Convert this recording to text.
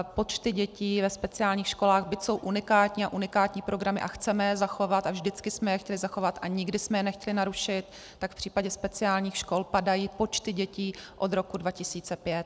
Počty dětí ve speciálních školách, byť jsou unikátní, a unikátní programy a chceme je zachovat a vždycky jsme je chtěli zachovat a nikdy jsme je nechtěli narušit, tak v případě speciálních škol padají počty dětí od roku 2005.